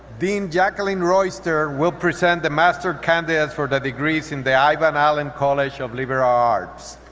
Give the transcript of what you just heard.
dean jacqueline royster will present the master candidates for the degrees in the ivan allen college of liberal arts.